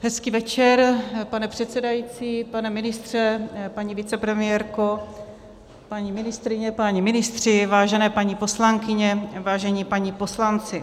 Hezký večer, pane předsedající, pane ministře, paní vicepremiérko, paní ministryně, páni ministři, vážené paní poslankyně, vážení páni poslanci.